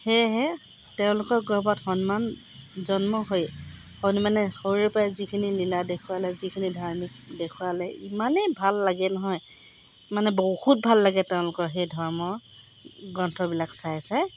সেয়েহে তেওঁলোকৰ গৰ্ভত হনুমান জন্ম হৈ হনুমানে সৰুৰে পৰাই যিখিনি লীলা দেখুৱালে যিখিনি ধাৰ্মিক দেখুৱালে ইমানেই ভাল লাগে নহয় মানে বহুত ভাল লাগে তেওঁলোকৰ সেই ধৰ্মৰ গ্ৰন্থবিলাক চাই চাই